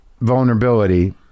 vulnerability